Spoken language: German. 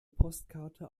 postkarte